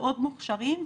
מאוד מוכשרים,